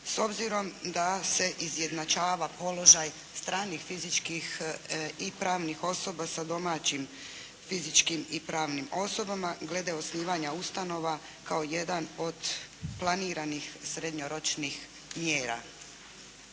S obzirom da se izjednačava položaj stranih fizičkih i pravnih osoba sa domaćim fizičkim i pravnim osobama glede osnivanja ustanova kao jedan od planiranih srednjoročnih mjera.